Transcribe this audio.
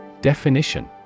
Definition